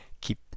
keep